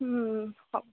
কওক